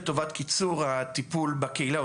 50 מיליון, דניאל.